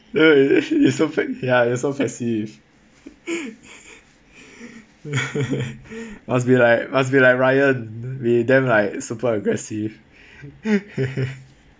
dude is so fake ya you're so passive must be like must be like ryan we damn like super aggressive